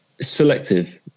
Selective